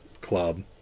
Club